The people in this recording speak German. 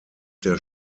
der